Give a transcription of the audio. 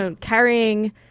carrying